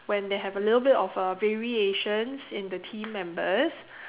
when they have a little bit of a variations in the team members